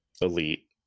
elite